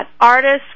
artists